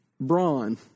brawn